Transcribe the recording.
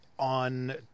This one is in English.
On